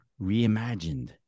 reimagined